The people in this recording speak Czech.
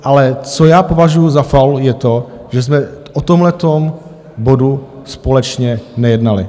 Ale co já považuju za faul, je to, že jsme o tomhletom bodu společně nejednali.